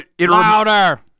Louder